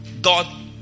God